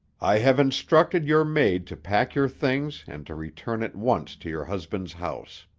i have instructed your maid to pack your things and to return at once to your husband's house.